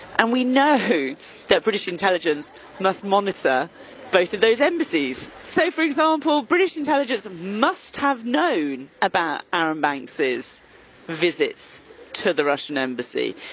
and we know that british intelligence must monitor both of those embassies. so for example, british intelligence must have known about arron banks visits to the russian embassy.